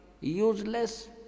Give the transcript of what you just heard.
Useless